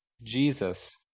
Jesus